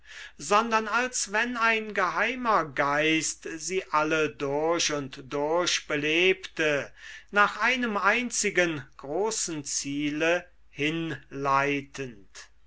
sondern als wenn ein geheimer geist sie alle durch und durch belebte nach einem einzigen großen ziele hinleitend